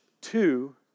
two